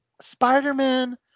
Spider-Man